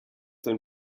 sein